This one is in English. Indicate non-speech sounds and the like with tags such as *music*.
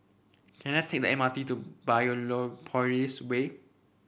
can I take the M R T to *unintelligible* Way